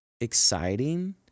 exciting